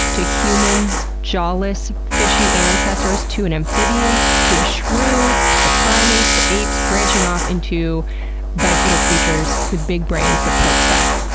to human's jawless, fishy ancestors, to an amphibian, to a shrew, to primates, to apes branching off into bipedal creatures with big brains that poke stuff,